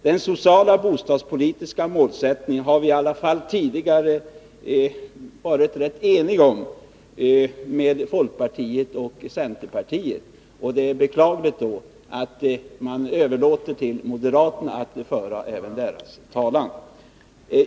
Den sociala bostadspolitiska målsättningen har vi i alla fall tidigare varit rätt eniga med folkpartiet och centerpartiet om, och det är beklagligt att dessa partier överlåter åt moderaterna att föra deras talan.